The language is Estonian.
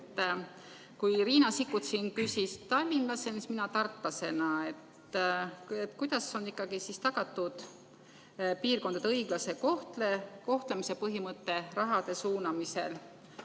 Kui Riina Sikkut küsis tallinlasena, siis mina küsin tartlasena. Kuidas on ikkagi tagatud piirkondade õiglase kohtlemise põhimõte raha suunamisel?